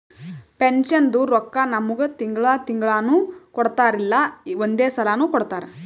ಪೆನ್ಷನ್ದು ರೊಕ್ಕಾ ನಮ್ಮುಗ್ ತಿಂಗಳಾ ತಿಂಗಳನೂ ಕೊಡ್ತಾರ್ ಇಲ್ಲಾ ಒಂದೇ ಸಲಾನೂ ಕೊಡ್ತಾರ್